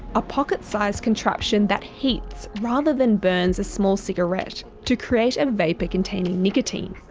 a pocket-sized contraption that heats, rather than burns, a small cigarette to create a vapour containing nicotine.